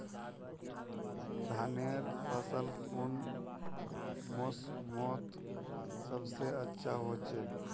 धानेर फसल कुन मोसमोत सबसे अच्छा होचे?